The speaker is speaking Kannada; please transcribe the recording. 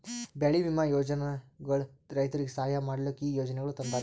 ಬೆಳಿ ವಿಮಾ ಯೋಜನೆಗೊಳ್ ರೈತುರಿಗ್ ಸಹಾಯ ಮಾಡ್ಲುಕ್ ಈ ಯೋಜನೆಗೊಳ್ ತಂದಾರ್